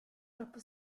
troppo